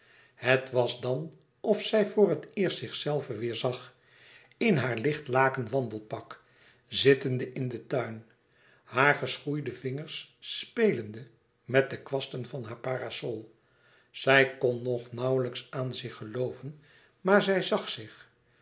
het was dan of zij voor het eerst zichzelve weêr zag in haar licht laken wandelpak zittende in den tuin hare geschoeide vingers spelende met de kwasten van haar parasol zij kon nog nauwlijks aan zich gelooven maar zij zag zich